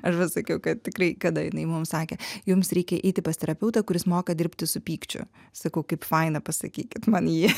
aš pasakiau kad tikrai kada jinai mum sakė jums reikia eiti pas terapeutą kuris moka dirbti su pykčiu sakau kaip faina pasakykit man jį